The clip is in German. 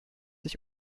sich